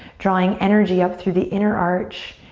drawing energy up through the inner arch,